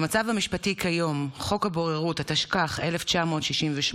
במצב המשפטי כיום חוק הבוררות, התשכ"ח 1968,